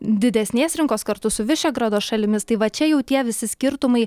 didesnės rinkos kartu su višegrado šalimis tai va čia jau tie visi skirtumai